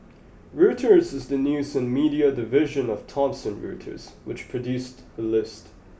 Reuters is the news and media division of Thomson Reuters which produced the list